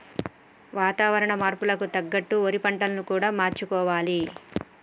వాతావరణ మార్పులకు తగ్గట్టు పంటలను కూడా మార్చుకోవాలి